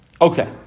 Okay